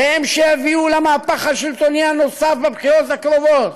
והם שיביאו למהפך השלטוני הנוסף בבחירות הקרובות.